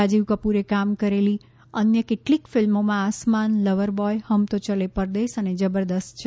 રાજીવ કપૂરે કામ કરેલી અન્ય કેટલીક ફિલ્મોમાં આસમાન લવર બોય હમ તો ચલે પરદેસ અને જબરદસ્ત છે